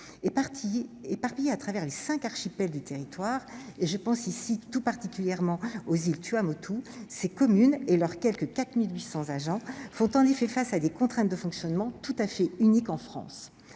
Éparpillés à travers les cinq archipels du territoire- je pense ici tout particulièrement aux îles Tuamotu -, ces communes et leurs quelque 4 700 agents font en effet face à des contraintes de fonctionnement tout à fait uniques en France.